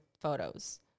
photos